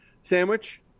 Sandwich